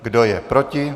Kdo je proti?